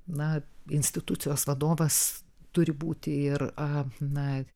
na institucijos vadovas turi būti ir a na